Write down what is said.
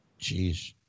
Jeez